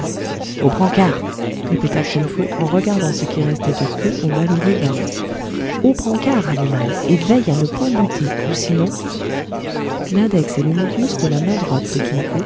aux brancards répéta kin fo en regardant ce qui restait de queue au malheureux valet aux brancards animal et veille à ne point buter ou sinon l'index et le médius de la main droite de